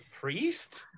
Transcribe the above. priest